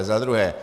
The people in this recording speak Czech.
Za druhé.